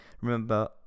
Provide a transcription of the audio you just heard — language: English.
Remember